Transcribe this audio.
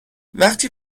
وقتی